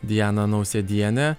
dianą nausėdienę